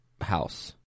house